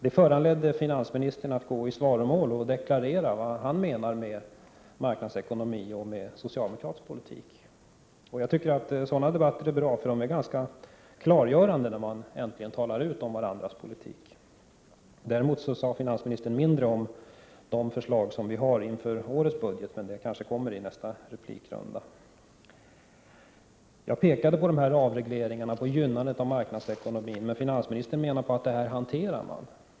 Det föranledde finansministern att gå i svaromål och deklarera vad han menar med marknadsekonomi och socialdemokratisk politik. Jag tycker att sådana debatter är bra, för de är ganska klargörande — då man äntligen talar ut om varandras politik. Däremot sade finansministern mindre om de förslag som vi har lagt fram inför årets budget, men det kanske kommer något om dem i nästa replikrunda. Jag pekade alltså på de här avregleringarna och på gynnandet av marknadsekonomin. Finansministern menade att man hanterar detta.